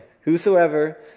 Whosoever